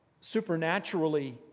supernaturally